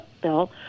bill